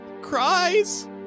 Cries